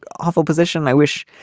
awful position. i wish.